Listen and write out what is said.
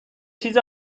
چیز